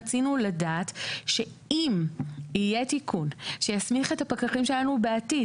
רצינו לדעת שאם יהיה תיקון שיסמיך את הפקחים שלנו בעתיד